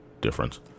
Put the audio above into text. difference